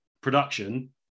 production